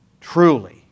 truly